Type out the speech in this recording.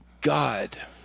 God